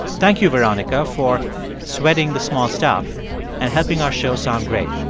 thank you, veronica, for sweating the small stuff and helping our show sound great.